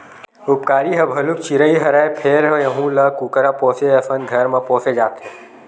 उपकारी ह भलुक चिरई हरय फेर यहूं ल कुकरा पोसे असन घर म पोसे जाथे